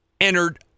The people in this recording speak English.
entered